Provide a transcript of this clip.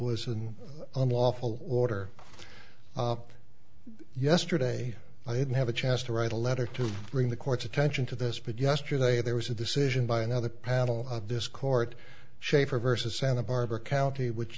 an unlawful order yesterday i didn't have a chance to write a letter to bring the court's attention to this but yesterday there was a decision by another panel of this court schaefer versus santa barbara county which